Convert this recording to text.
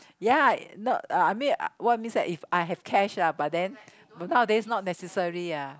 ya no I mean uh what is means if I have cash ah but then but nowadays not necessary ah